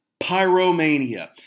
Pyromania